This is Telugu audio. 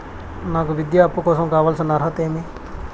నాకు విద్యా అప్పు కోసం కావాల్సిన అర్హతలు ఏమి?